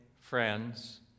friends